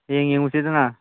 ꯍꯌꯦꯡ ꯌꯦꯡꯉꯨꯁꯤꯗꯅ